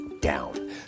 down